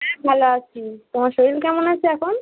হ্যাঁ ভালো আছি তোমার শরীর কেমন আছে এখন